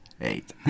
eight